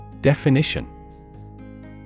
Definition